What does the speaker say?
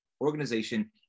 Organization